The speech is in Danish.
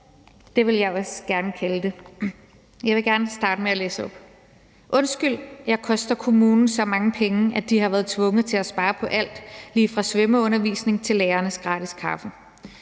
det vil jeg også gerne kalde det, og jeg læser nu op: Undskyld, at jeg koster kommunen så mange penge, at de har været tvunget til at spare på alt lige fra svømmeundervisning til lærernes gratis kaffe;